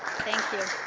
thank you.